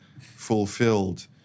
fulfilled